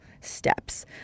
steps